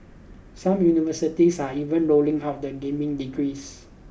some universities are even rolling out the gaming degrees